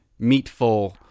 meatful